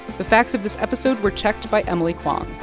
the facts of this episode were checked by emily kwong.